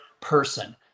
person